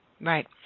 Right